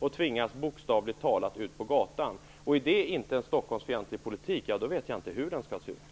De tvingas bokstavligt talat ut på gatan. Är det inte en Stockholmsfientlig politik, vet jag inte hur den skall se ut.